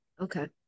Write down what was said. Okay